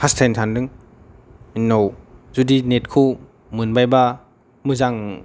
हास्थायनो सानदों बेनि उनाव जुदि नेट खौ मोनबायबा मोजां